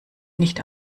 nicht